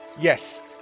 Yes